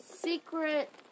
Secret